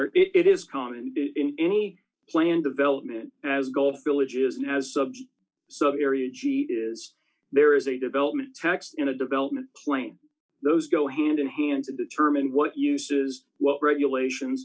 or it is common in any plan development as golf villages and has some area g is there is a development tax in a development plane those go hand in hand to determine what uses what regulations